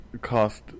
cost